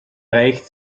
reicht